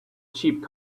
cheap